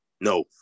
No